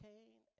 Cain